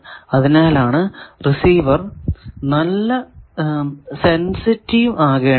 അതിനാലാണ് റിസീവർ നല്ല സെൻസിറ്റീവ് ആകേണ്ടത്